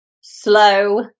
slow